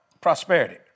prosperity